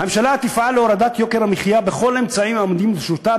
"הממשלה תפעל להורדת יוקר המחיה בכל האמצעים העומדים לרשותה,